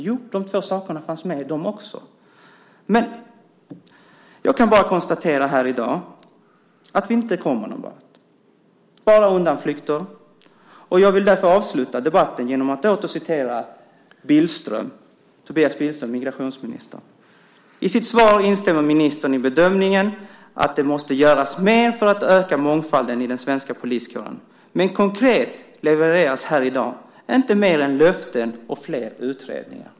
Jo, de två sakerna fanns också med. Jag kan bara konstatera här i dag att vi inte kommer någon vart. Det är bara undanflykter. Jag vill därför avsluta debatten genom att åter citera Tobias Billström, migrationsministern: "I sitt svar instämmer ministern i bedömningen att det måste göras mer för att öka mångfalden i den svenska poliskåren. Men konkret levereras här i dag inte mer än löften om fler utredningar."